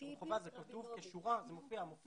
זה מופיע כשורה.